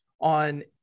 on